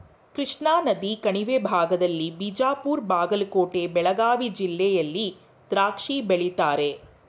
ಕೃಷ್ಣಾನದಿ ಕಣಿವೆ ಭಾಗದಲ್ಲಿ ಬಿಜಾಪುರ ಬಾಗಲಕೋಟೆ ಬೆಳಗಾವಿ ಜಿಲ್ಲೆಯಲ್ಲಿ ದ್ರಾಕ್ಷಿ ಬೆಳೀತಾರೆ